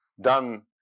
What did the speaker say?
done